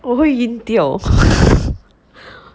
我会晕掉